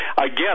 again